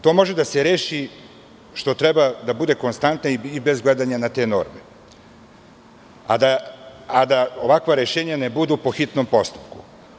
To može da se reši i to treba da bude konstanta i bez gledanja na te norme, a da ovakva rešenja ne budu po hitnom postupku.